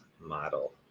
model